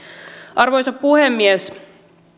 arvoisa puhemies